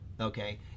Okay